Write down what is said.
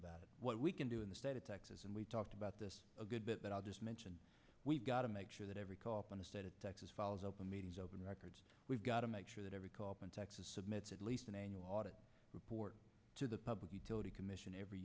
about what we can do in the state of texas and we talked about this a good bit that i just mentioned we've got to make sure that every call up in the state of texas files open meetings open records we've got to make sure that every carbon tax is submitted at least an annual audit report to the public utility commission every